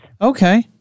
Okay